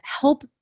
help